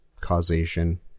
causation